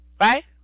right